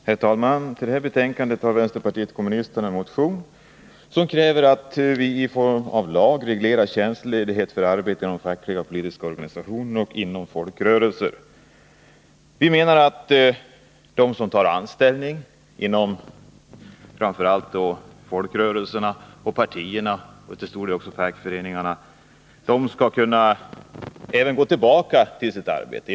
Herr talman! I det här betänkandet behandlas en motion av vänsterpartiet kommunisterna, vari vi kräver att bestämmelserna om tjänstledighet för arbete inom fackliga och politiska organisationer samt inom folkrörelser skall regleras i lag. Vi menar att även de som tar anställning inom framför allt folkrörelserna och partierna, och till stor del också i fackföreningarna, skall kunna gå tillbaka till sitt tidigare arbete.